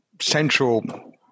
central